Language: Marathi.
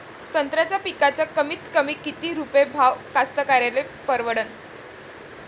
संत्र्याचा पिकाचा कमीतकमी किती रुपये भाव कास्तकाराइले परवडन?